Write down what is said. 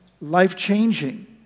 life-changing